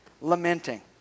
Lamenting